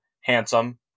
handsome